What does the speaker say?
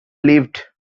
lived